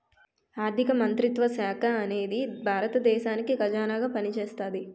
ఆర్ధిక మంత్రిత్వ శాఖ అనేది భారత దేశానికి ఖజానాగా పనిచేస్తాది